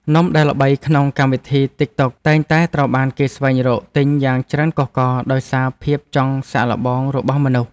នំដែលល្បីក្នុងកម្មវិធីទីកតុកតែងតែត្រូវបានគេស្វែងរកទិញយ៉ាងច្រើនកុះករដោយសារភាពចង់សាកល្បងរបស់មនុស្ស។